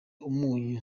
umunyu